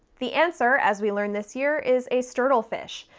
the answer, as we learned this year, is a sturddlefish,